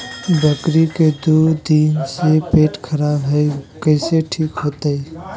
बकरी के दू दिन से पेट खराब है, कैसे ठीक होतैय?